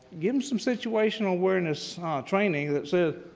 give him some situational awareness training that says,